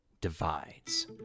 Divides